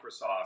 Microsoft